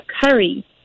curry